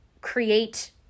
create